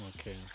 Okay